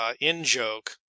in-joke